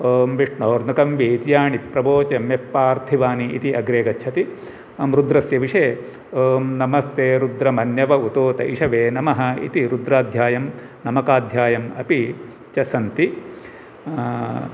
ओं विष्णोर्नुकं वीर्याणि प्रवोचं यत्पार्थिवानि इति अग्रे गच्छति रुद्रस्य विषये ओं नमस्ते रुद्र मन्यव उतोत इषवे नमः इति रुद्राध्यायं नमकाध्यायं अपि च सन्ति